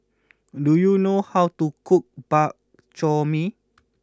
do you know how to cook Bak Chor Mee